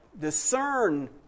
discern